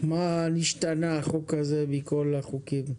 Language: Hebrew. מה נשתנה החוק הזה מכל החוקים?